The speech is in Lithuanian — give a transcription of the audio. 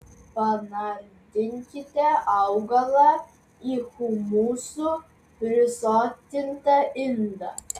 panardinkite augalą į humusu prisotintą indą